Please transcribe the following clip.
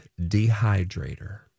dehydrator